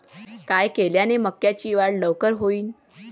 काय केल्यान मक्याची वाढ लवकर होईन?